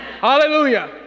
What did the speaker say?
Hallelujah